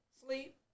Sleep